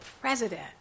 president